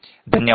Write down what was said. ಧನ್ಯವಾದಗಳು